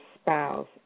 spouse